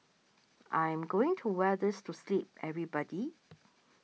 I'm going to wear this to sleep everybody